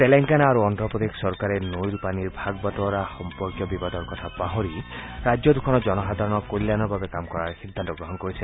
তেলেংগানা আৰু অদ্ধপ্ৰদেশ চৰকাৰে নৈৰ পানীৰ ভাগ বাটোৱাৰা সম্পৰ্কীয় বিবাদৰ কথা পাহৰি ৰাজ্য দুখনৰ জনসাধাৰণৰ কল্যাণৰ বাবে কাম কৰাৰ সিদ্ধান্ত গ্ৰহণ কৰিছে